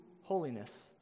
holiness